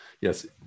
yes